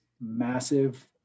massive